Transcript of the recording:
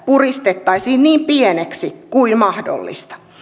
puristettaisiin niin pieneksi kuin mahdollista